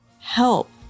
Help